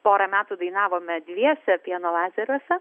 porą metų dainavome dviese pieno lazeriuose